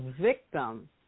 victim